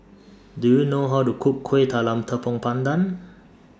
Do YOU know How to Cook Kuih Talam Tepong Pandan